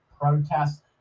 protests